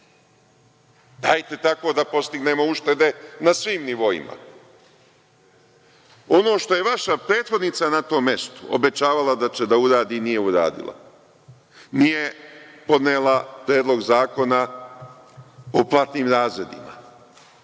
Dajte tako da postignemo uštede na svim nivoima. Ono što je vaša prethodnica na tom mestu obećavala da će da uradi, nije uradila. Nije podnela predlog zakona o platnim razredima.